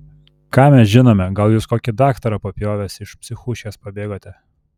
ką mes žinome gal jūs kokį daktarą papjovęs iš psichuškės pabėgote